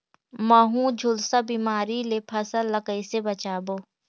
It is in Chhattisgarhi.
महू, झुलसा बिमारी ले फसल ल कइसे बचाबो?